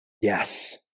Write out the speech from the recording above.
yes